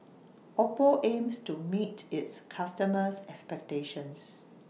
Oppo aims to meet its customers' expectations